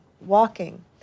walking